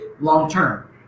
Long-term